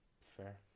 Fair